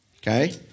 Okay